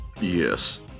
Yes